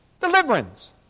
deliverance